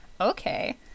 okay